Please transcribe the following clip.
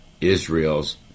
Israel's